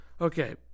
okay